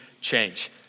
change